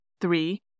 Three